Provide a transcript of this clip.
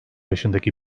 yaşındaki